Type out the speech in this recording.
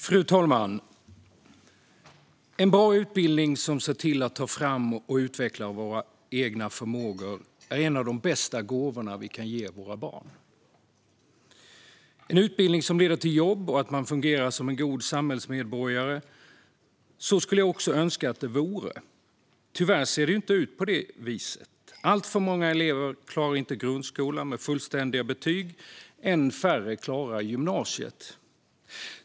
Fru talman! En bra utbildning som ser till att våra egna förmågor tas fram och utvecklas - en utbildning som leder till jobb och att man fungerar som en god samhällsmedborgare - är en av de bästa gåvor vi kan ge våra barn. Så skulle jag önska att det var, men tyvärr ser det inte ut på det viset. Alltför många elever klarar inte av grundskolan med fullständiga betyg, och ännu färre klarar gymnasiet.